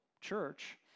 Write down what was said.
church